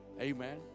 Amen